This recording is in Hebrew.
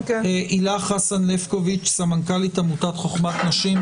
הילה חסן לפקוביץ', סמנכ"לית עמותת "חוכמת נשים".